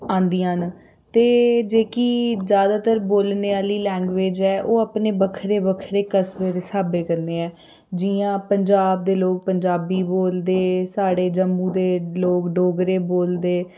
आंदियां न ते जेह्की ज्यादातर बोलने आह्ली लैंगवेज ऐ ओह् अपने बक्खरे बक्खरे कस्बे दे स्हाबें कन्नै ऐ जियां पंजाब दे लोक पंजाबी बोलदे साढ़े जम्मू दे लोक डोगरे बोलदे